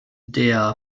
der